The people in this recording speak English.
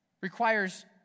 requires